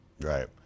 Right